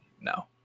No